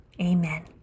Amen